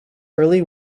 early